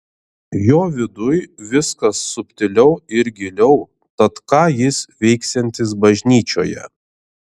jo viduj viskas subtiliau ir giliau tad ką jis veiksiantis bažnyčioje